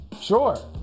sure